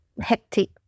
hectic